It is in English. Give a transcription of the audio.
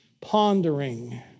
pondering